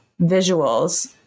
visuals